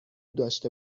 داشته